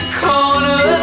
corner